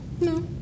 No